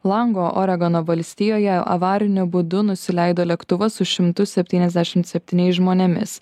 lango oregono valstijoje avariniu būdu nusileido lėktuvas su šimtu septyniasdešimt septyniais žmonėmis